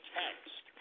text